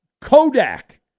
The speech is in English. Kodak